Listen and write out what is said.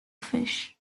fish